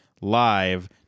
live